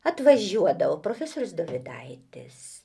atvažiuodavo profesorius dovidaitis